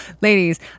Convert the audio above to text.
ladies